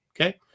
okay